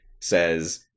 says